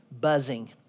buzzing